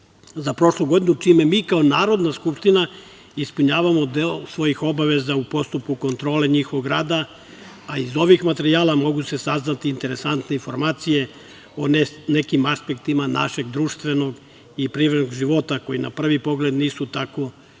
za prošlu godinu, čime mi kao Narodna skupština ispunjavamo deo svojih obaveza u postupku kontrole njihovog rada, a iz ovih materijala mogu se saznati interesantne informacije o nekim aspektima našeg društvenog i privrednog života koji na prvi pogled nisu tako vidljivi